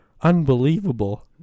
Unbelievable